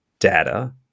data